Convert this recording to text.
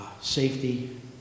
safety